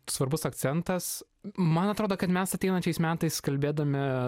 svarbus akcentas man atrodo kad mes ateinančiais metais kalbėdami